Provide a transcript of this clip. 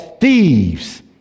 thieves